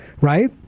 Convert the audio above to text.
right